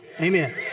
Amen